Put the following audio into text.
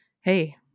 Hey